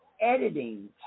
editing